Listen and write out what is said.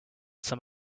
some